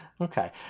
Okay